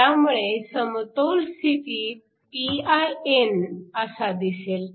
त्यामुळे समतोल स्थितीतील pin असा दिसेल